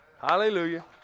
Hallelujah